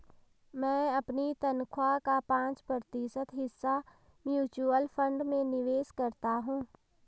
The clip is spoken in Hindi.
मैं अपनी तनख्वाह का पाँच प्रतिशत हिस्सा म्यूचुअल फंड में निवेश करता हूँ